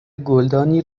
گلدانی